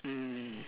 mm